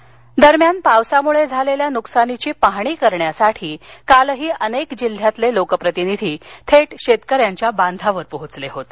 नकसान पाहणी दरम्यान पावसामुळे झालेल्या नुकसानीची पाहणी करण्यासाठी कालही अनेक जिल्ह्यातले लोकप्रतिनिधी थेट शेतकऱ्यांच्या बांधावर पोचले होते